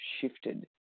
shifted